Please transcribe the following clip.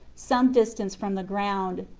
some distance from the ground.